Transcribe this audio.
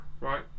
right